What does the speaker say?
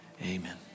amen